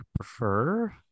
prefer